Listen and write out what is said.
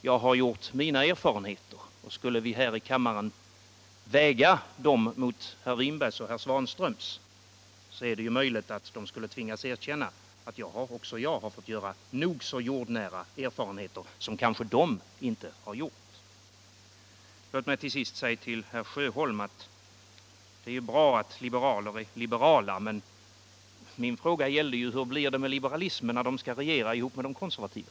Jag har gjort mina erfarenheter, och skulle vi här i kammaren väga dem mot herrar Winbergs och Svanströms är det möjligt att de skulle tvingas erkänna att också jag har fått göra nog så jordnära erfarenheter som kanske de inte har gjort. Låt mig till sist till herr Sjöholm säga: Det är bra att liberaler är liberala, men min fråga var ju: Hur blir det med liberalismen när de liberala skall regera tillsammans med de konservativa?